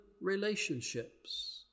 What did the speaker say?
relationships